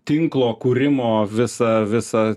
tinklo kūrimo visą visą